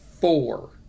four